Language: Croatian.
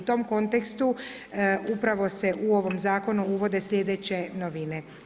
U tom kontekstu upravo se u ovom zakonu uvode slijedeće novine.